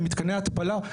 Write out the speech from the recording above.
למתקני ההתפלה,